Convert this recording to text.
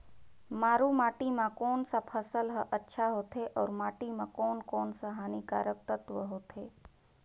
मारू माटी मां कोन सा फसल ह अच्छा होथे अउर माटी म कोन कोन स हानिकारक तत्व होथे?